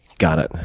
got it.